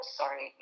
sorry